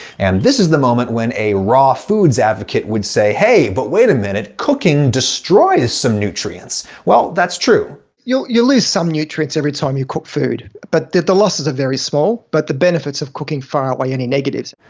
and this is the moment when a raw foods advocate would say, hey, but, wait a minute, cooking destroys some nutrients. well, that's true. you'll you'll lose some nutrients every time you cook food, but the losses are very small, but the benefits of cooking far outweigh any negatives.